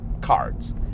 cards